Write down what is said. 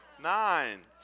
nine